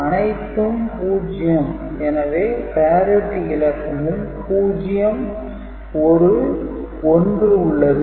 அனைத்தும் 0 எனவே parity இலக்கமும் 0 ஒரு 1 உள்ளது